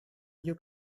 you